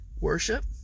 worship